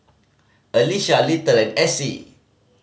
Alecia Little and Essie